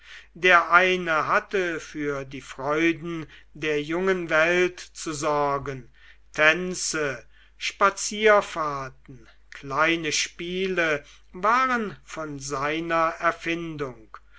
der eine hatte für die freuden der jungen welt zu sorgen tänze spazierfahrten kleine spiele waren von seiner erfindung